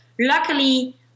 luckily